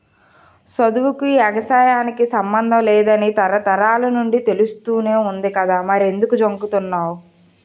సదువుకీ, ఎగసాయానికి సమ్మందం లేదని తరతరాల నుండీ తెలుస్తానే వుంది కదా మరెంకుదు జంకుతన్నావ్